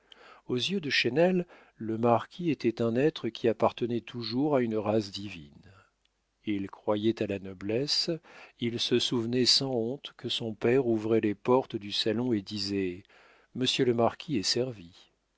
aux yeux de chesnel le marquis était un être qui appartenait toujours à une race divine il croyait à la noblesse il se souvenait sans honte que son père ouvrait les portes du salon et disait monsieur le marquis est servi